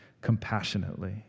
compassionately